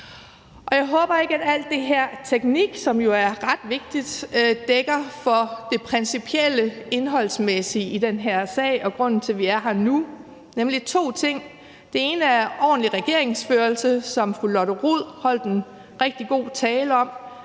Jeg håber ikke, at alt det her teknik, som jo er ret vigtigt, dækker for det principielle, indholdsmæssige i den her sag og for grunden til, at vi er her nu, nemlig to ting: Den ene er ordentlig regeringsførelse, som fru Lotte Rod holdt en rigtig god tale om,